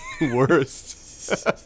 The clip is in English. worst